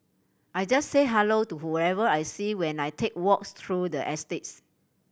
I just say hello to whoever I see when I take walks through the estates